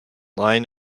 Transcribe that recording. lying